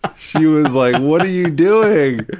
ah she was like, what are you doing?